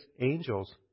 angels